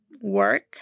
work